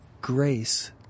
grace